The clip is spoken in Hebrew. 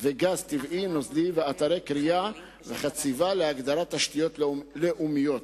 וגז טבעי נוזלי ואתרי כרייה וחציבה להגדרת "תשתיות לאומיות",